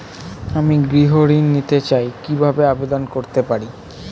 আমি গৃহ ঋণ নিতে চাই কিভাবে আবেদন করতে পারি?